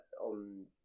on